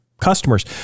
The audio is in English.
customers